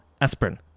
aspirin